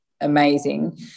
amazing